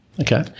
Okay